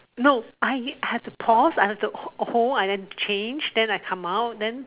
no I have to pause I have to hold and then change then I come out then